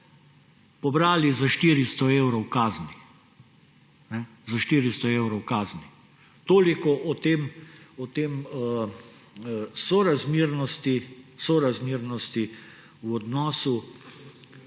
pobrali za 400 evrov kazni. Toliko o sorazmernosti v odnosu